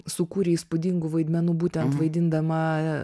sukūrei įspūdingų vaidmenų būtent vaidindama